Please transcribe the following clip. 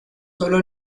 solo